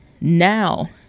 now